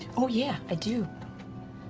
oh, yeah, i do.